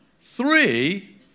three